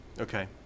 Okay